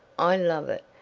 i love it,